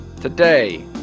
today